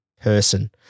person